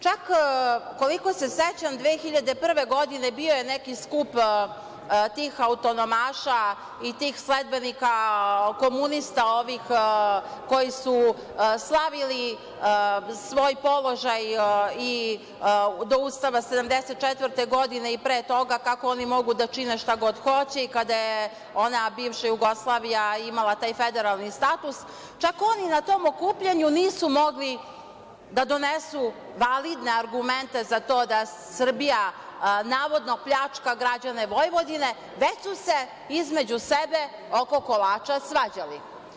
Čak, koliko se sećam, 2001. godine bio je neki skup tih autonomaša i tih sledbenika komunista ovih koji su slavili svoj položaj i do Ustava 1974. godine, i pre toga, kako oni mogu da čine šta god hoće, i kada je ona bivša Jugoslavija imala taj federalni status, čak oni i na tom okupljanju nisu mogli da donesu validne argumente za to da Srbija, navodno, pljačka građane Vojvodine, već su se između sebe oko kolača svađali.